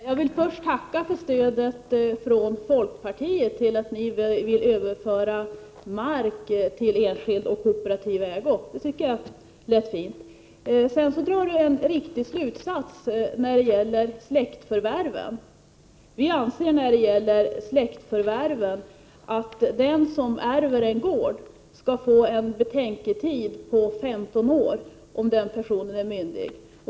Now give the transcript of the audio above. Herr talman! Jag vill först tacka folkpartiet för stödet till att överföra mark till enskild och kooperativ ägo. Det tycker jag lät fint. Sedan drar Bengt Rosén en riktig slutsats i fråga om släktförvärven. Vi anser att den som ärver en gård skall få en betänketid på 15 år, om personen i fråga är myndig.